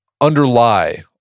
underlie